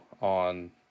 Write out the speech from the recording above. on